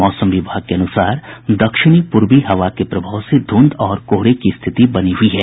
मौसम विभाग के अनुसार दक्षिणी पूर्वी हवा के प्रभाव से धुंध और कोहरे की स्थिति बनी हुई है